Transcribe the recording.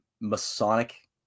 Masonic